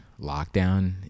lockdown